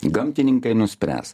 gamtininkai nuspręs